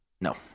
No